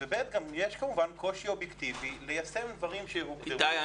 יש גם קושי אובייקטיבי ליישם דברים -- איתי,